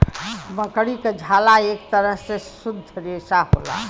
मकड़ी क झाला एक तरह के शुद्ध रेसा होला